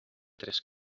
tres